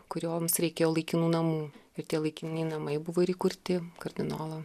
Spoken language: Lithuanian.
kurioms reikėjo laikinų namų ir tie laikini namai buvo ir įkurti kardinolo